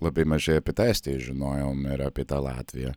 labai mažai apie tą estiją žinojom ir apie tą latviją